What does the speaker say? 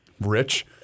Rich